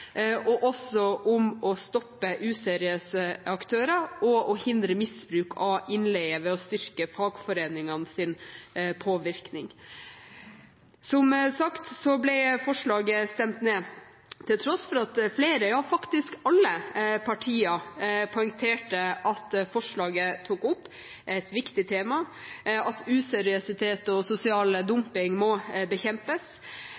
og også om å stoppe useriøse aktører og hindre misbruk av innleie ved å styrke fagforeningenes påvirkning. Som sagt ble forslaget stemt ned til tross for at flere – ja, faktisk alle partier – poengterte at forslaget tok opp et viktig tema, at useriøsitet og sosial